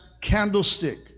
candlestick